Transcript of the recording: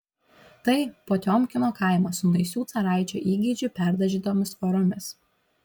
tai potiomkino kaimas su naisių caraičio įgeidžiu perdažytomis tvoromis